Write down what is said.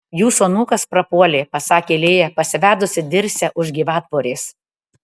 jūsų anūkas prapuolė pasakė lėja pasivedusi dirsę už gyvatvorės